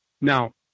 Now